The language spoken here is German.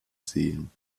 sehen